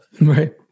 Right